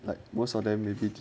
like most of them with it